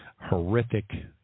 horrific